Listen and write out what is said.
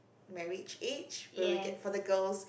marriage age where we get for the girls